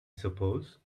suppose